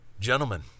Gentlemen